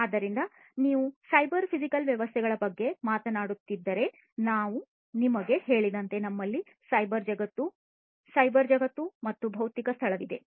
ಆದ್ದರಿಂದ ನೀವು cyber physical ವ್ಯವಸ್ಥೆಗಳ ಬಗ್ಗೆ ಮಾತನಾಡುತ್ತಿದ್ದರೆ ನಾನು ನಿಮಗೆ ಹೇಳಿದಂತೆ ನಮ್ಮಲ್ಲಿ ಸೈಬರ್ ಜಗತ್ತು ಮತ್ತು ಭೌತಿಕ ಸ್ಥಳವಿದೆ